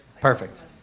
perfect